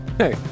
hey